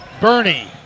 Bernie